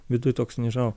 viduj toks nežinau